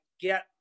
get